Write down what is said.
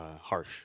harsh